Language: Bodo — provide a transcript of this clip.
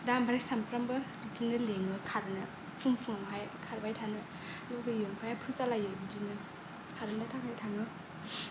दा आमफ्राय सामफ्रामबो बिदिनो लेङो खारनो फुं फुंआवहाय खारबाय थानो लुगैयो आमफ्राय फोजा लायो बिदिनो खारनो थाखाय थांनो